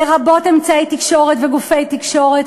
לרבות אמצעי תקשורת וגופי תקשורת,